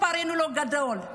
מספרנו לא גדול,